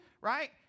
Right